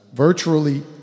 virtually